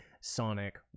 Sonic